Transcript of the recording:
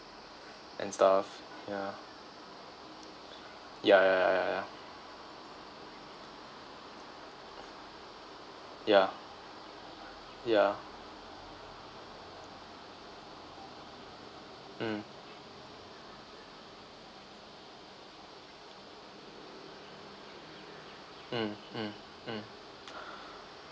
and stuff ya ya ya ya ya ya yeah yeah mm mm mm mm